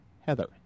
Heather